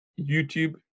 YouTube